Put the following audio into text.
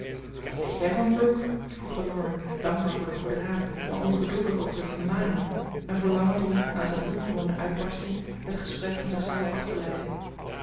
wat weet jij van brooke vroeg laurie dankbaar voor den goeden raad maar ongeduldig over de vermaning en verlangend om na zijn ongewone uitbarsting het gesprek van zichzelf af te leiden